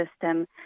system